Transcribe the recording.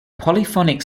polyphonic